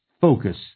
focus